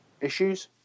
issues